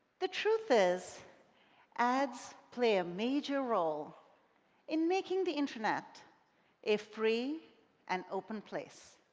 the truth is ads play a major role in making the internet a free and open place.